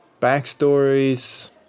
backstories